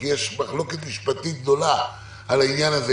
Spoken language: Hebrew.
כי יש מחלוקת משפטית גדולה על העניין הזה,